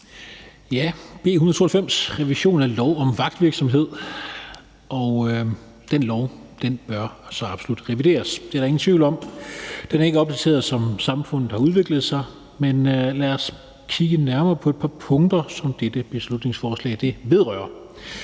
192 om en revision af lov om vagtvirksomhed, og den lov bør så absolut revideres. Det er der ingen tvivl om. Den er ikke opdateret, som samfundet har udviklet sig, men lad os kigge nærmere på et par punkter, som dette beslutningsforslag vedrører.